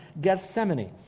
Gethsemane